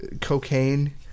cocaine